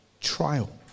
trial